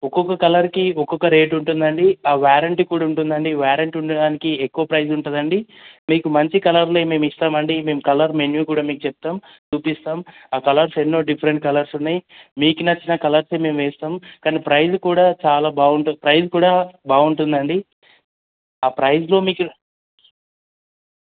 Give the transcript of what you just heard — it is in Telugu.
ఒక్కొక్క కలర్కి ఒక్కొక్క రేట్ ఉంటుందండి ఆ వారెంటీ కూడా ఉంటుందండి ఆ వారెంటీ ఉన్నదానికి ఎక్కువ ప్రైస్ ఉంటదండి మీకు మంచి కలర్లే మేము ఇస్తామండి మేము కలర్ మెన్యూ కూడా మీకు చెప్తాం చూపిస్తాం ఆ కలర్స్ ఎన్నో డిఫరెంట్ కలర్స్ ఉన్నాయి మీకు నచ్చిన కలర్సే మేము వేస్తాం కానీ ప్రైస్ కూడా చాలా బాగుంటుంది ప్రైస్ కూడా బాగుంటుందండి ఆ ప్రైస్లో మీకు